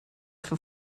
for